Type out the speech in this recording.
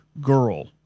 girl